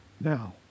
Now